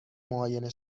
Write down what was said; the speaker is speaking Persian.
معاینه